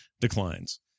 declines